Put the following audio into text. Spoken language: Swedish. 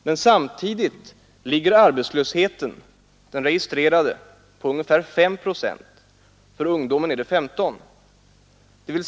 Men samtidigt ligger arbetslösheten den registrerade på 5 procent; för ungdomen är det 15 procent.